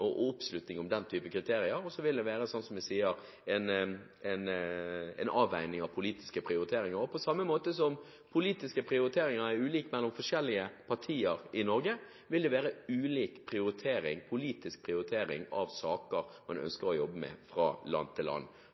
Så vil det, slik jeg sier, være en avveining av politiske prioriteringer. På samme måte som politiske prioriteringer er ulike mellom forskjellige partier i Norge, vil det være ulik politisk prioritering av saker man ønsker å jobbe med, fra land til land.